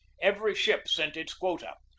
every ship sent its quota.